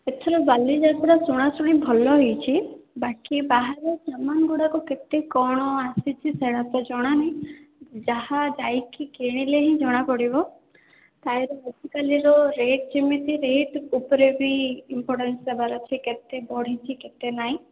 ଏଥର ବାଲି ଯାତ୍ରା ଚଣାଚୁଣି ଭଲ ହେଇଛି ବାକି ବାହାରୁ ସାମାନ୍ଗୁଡ଼ିକ କେତେ କ'ଣ ଆସିଛି ସେଇଟା ତ ଜଣା ନାହିଁ ଯାହା ଯାଇକି କିଣିଲେ ହିଁ ଜଣା ପଡ଼ିବ ତାହିଁରେ ଆଜିକାଲିର ରେଟ୍ ଯେମିତି ରେଟ୍ ଉପରେ ବି ଇମ୍ପୋଟାଣ୍ଟସ ଦେବାର ଅଛି କେତେ ବଢ଼ିଛି କେତେ ନାହିଁ